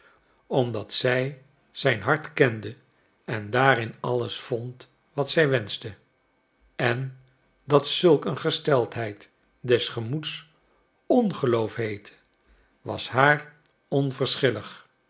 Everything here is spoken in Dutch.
omdat zij zijn hart kende en daarin alles vond wat zij wenschte en dat zulk een gesteldheid des gemoeds ongeloof heette was haar